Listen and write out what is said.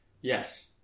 Yes